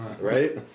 right